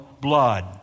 blood